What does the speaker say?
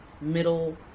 middle